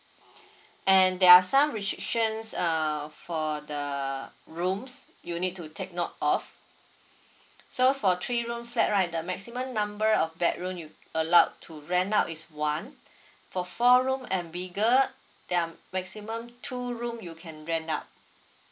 and there are some restrictions uh for the rooms you need to take note of so for three room flat right the maximum number of bedroom you allowed to rent out is one for four room and bigger um maximum two room you can rent out